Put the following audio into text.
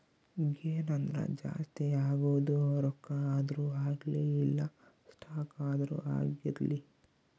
gain ಅಂದ್ರ ಜಾಸ್ತಿ ಆಗೋದು ರೊಕ್ಕ ಆದ್ರೂ ಅಗ್ಲಿ ಇಲ್ಲ ಸ್ಟಾಕ್ ಆದ್ರೂ ಆಗಿರ್ಲಿ